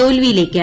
തോൽവിയിലേക്ക്